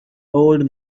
old